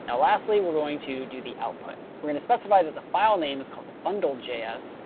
and lastly, we're going to do the output. we're going to specify that the file name is called the bundle js.